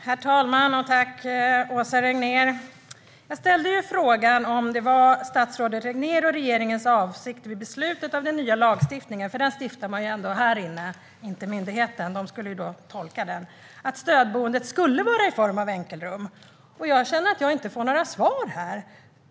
Herr talman! Jag ställde frågan om det var statsrådet Regnérs och regeringens avsikt vid beslutet om den nya lagstiftningen - lagen stiftas ändå här inne och inte hos myndigheten; de ska tolka den - att stödboende skulle vara i form av enkelrum. Jag tycker inte att jag får några svar här.